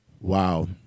Wow